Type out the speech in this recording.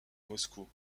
moscou